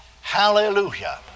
Hallelujah